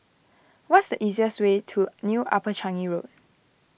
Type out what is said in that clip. what is the easiest way to New Upper Changi Road